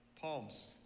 palms